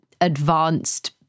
advanced